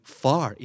far